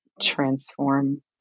transform